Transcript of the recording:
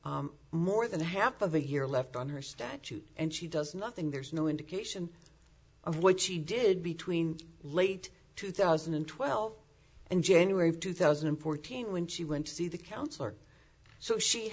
has more than a half of a year left on her statute and she does nothing there's no indication of what she did between late two thousand and twelve and january of two thousand and fourteen when she went to see the counselor so she